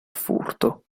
furto